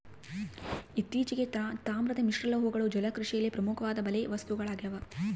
ಇತ್ತೀಚೆಗೆ, ತಾಮ್ರದ ಮಿಶ್ರಲೋಹಗಳು ಜಲಕೃಷಿಯಲ್ಲಿ ಪ್ರಮುಖವಾದ ಬಲೆ ವಸ್ತುಗಳಾಗ್ಯವ